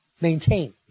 maintain